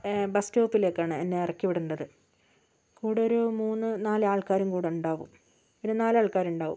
bus സ്റ്റോപ്പിലേക്കാണ് എന്നെ ഇറക്കി വിടേണ്ടത് കൂടൊയൊരു മൂന്നു നാല് ആൾക്കാരും കൂടെയുണ്ടാവും ഒരു നാലാൾക്കാരുണ്ടാവും